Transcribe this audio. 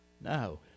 No